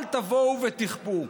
אל תבואו ותכפו.